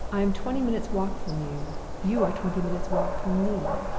i am twenty minutes' walk from you you are twenty minutes' walk from me.